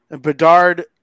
Bedard